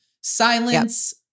silence